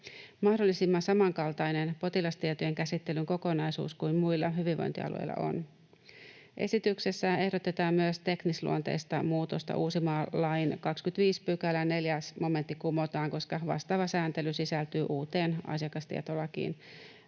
mahdollisimman samankaltainen potilastietojen käsittelyn kokonaisuus kuin muilla hyvinvointialueilla on. Esityksessä ehdotetaan myös teknisluonteista muutosta: Uusimaa-lain 25 §:n 4 momentti kumotaan, koska vastaava sääntely sisältyy uuteen asiakastietolakiin.